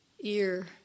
ear